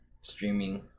streaming